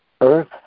Earth